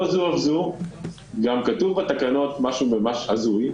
לא זו אף זו, גם כתוב בתקנות משהו ממש הזוי,